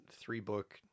three-book